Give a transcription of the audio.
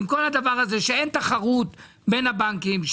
אין תחרות בין הבנקים,